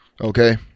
Okay